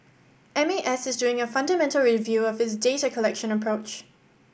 M A S is doing a fundamental review of its data collection approach